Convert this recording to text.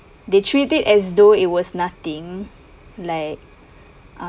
they treat it as though it was nothing like uh